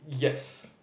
yes